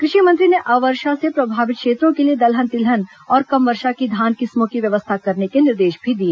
कृ षि मंत्री ने अवर्षा से प्रभावित क्षेत्रों के लिए दलहन तिलहन और कम वर्षा की धान किस्मों की व्यवस्था करने के निर्देश भी दिए